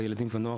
בילדים ונוער,